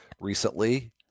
recently